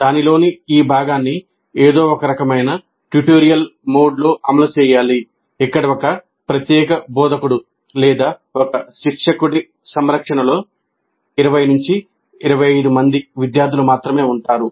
దానిలోని ఈ భాగాన్ని ఏదో ఒక రకమైన ట్యుటోరియల్ మోడ్లో అమలు చేయాలి ఇక్కడ ఒక ప్రత్యేక బోధకుడు లేదా ఒక శిక్షకుడి సంరక్షణతో 20 నుండి 25 మంది విద్యార్థులు మాత్రమే ఉంటారు